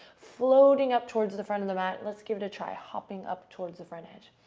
floating up towards the front of the mat. let's give it a try, hopping up towards the front edge.